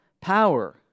power